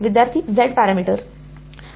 विद्यार्थीः Z parameter